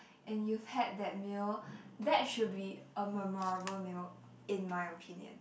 and you've had that meal that should be a memorable meal in my opinion